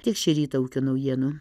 tiek šį rytą ūkio naujienų